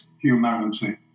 humanity